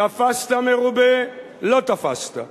תפסת מרובה לא תפסת.